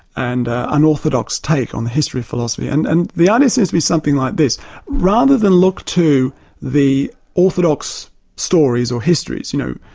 and unorthodox take on the history of philosophy, and and the argument and seems to be something like this rather than look to the orthodox stories or histories, you know,